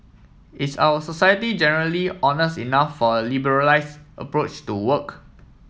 is our society generally honest enough for liberalise approach to work